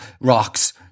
rocks